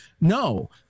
no